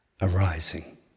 arising